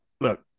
look